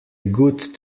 good